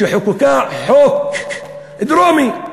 כשחוקקה חוק, את חוק דרומי.